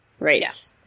Right